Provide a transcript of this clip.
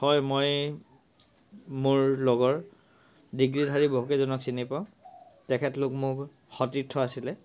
হয় মই মোৰ লগৰ ডিগ্ৰিধাৰী বহুকেইজনক চিনি পাওঁ তেখেতলোক মোৰ সতীৰ্থ আছিলে